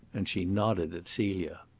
and she nodded at celia.